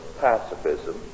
pacifism